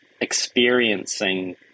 experiencing